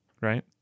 right